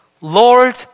Lord